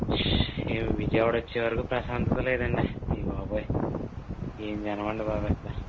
విజయవాడ వచ్చేవరకు ప్రశాంతత లేదండి అయ్యబాబోయ్ ఏమి జనమండి బాబోయ్ ఇక్కడ